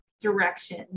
direction